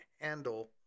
handle